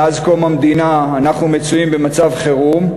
מאז קום המדינה, אנחנו מצויים במצב חירום,